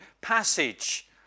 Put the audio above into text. passage